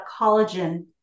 collagen